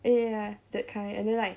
eh ya that kind and then like